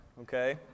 okay